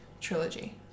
trilogy